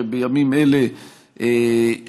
שבימים אלה שוקלות,